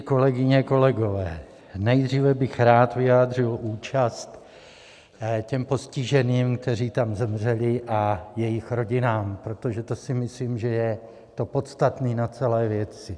Kolegyně, kolegové, nejdříve bych rád vyjádřil účast těm postiženým, kteří tam zemřeli, a jejich rodinám, protože to si myslím, že je to podstatné na celé věci.